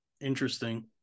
Interesting